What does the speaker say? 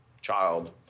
child